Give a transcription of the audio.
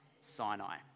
Sinai